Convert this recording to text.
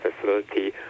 facility